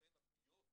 ולכן הפגיעות